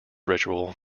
ritual